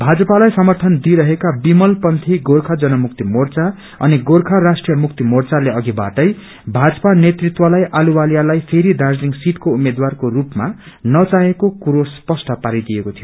भाजपालाई समर्थन दिइरहेका विमल पन्थी गोर्खा जन मुक्ति मोर्चा अनि गोर्खा राष्ट्रिय मुक्ति मोर्चाले अघिाबाटै रभाजपा नेतृत्वलाई अहलुवालियलाई फेरि दार्जीलिङ सिअको उम्मेद्वारको रूपमा नचाहेको क्रो स्पष्ट पारिदिएको थियो